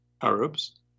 Arabs